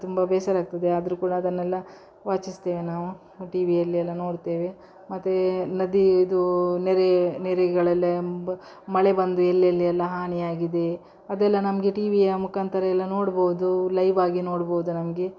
ತುಂಬ ಬೇಸರ ಆಗ್ತದೆ ಆದರೂ ಕೂಡ ಅದನ್ನೆಲ್ಲ ವಾಚಿಸ್ತೇವೆ ನಾವು ಟಿವಿಯಲ್ಲಿ ಎಲ್ಲ ನೋಡ್ತೇವೆ ಮತ್ತು ನದಿ ಇದು ನೆರೆ ನೆರೆಗಳಲ್ಲೆಂಬ ಮಳೆ ಬಂದು ಎಲ್ಲೆಲ್ಲಿ ಎಲ್ಲ ಹಾನಿಯಾಗಿದೆ ಅದೆಲ್ಲ ನಮಗೆ ಟಿವಿಯ ಮುಖಾಂತರ ಎಲ್ಲ ನೋಡ್ಬೋದು ಲೈವ್ ಆಗಿ ನೋಡ್ಬೋದು ನಮಗೆ